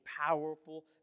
powerful